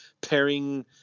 pairing